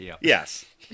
Yes